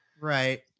Right